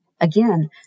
Again